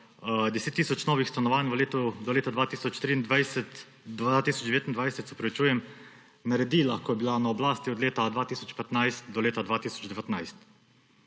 10 tisoč novih stanovanj do leta 2029, naredila, ko je bila na oblasti od leta 2015 do leta 2019.